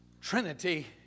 Trinity